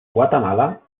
guatemala